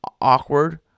awkward